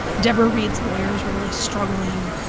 debra reid's lawyers were really struggling.